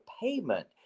payment